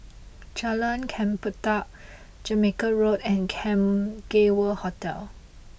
Jalan Chempedak Jamaica Road and Cam Gay World Hotel